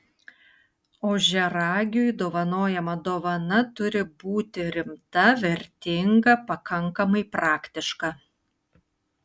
ožiaragiui dovanojama dovana turi būti rimta vertinga pakankamai praktiška